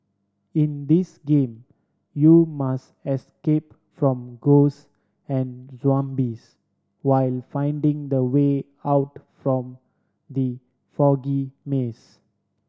in this game you must escape from ghost and zombies while finding the way out from the foggy maze